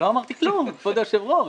לא אמרתי כלום, כבוד היושב ראש.